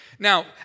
Now